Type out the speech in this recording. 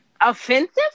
offensive